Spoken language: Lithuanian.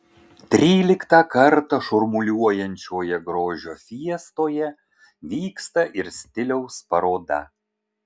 tryliktą kartą šurmuliuojančioje grožio fiestoje vyksta ir stiliaus paroda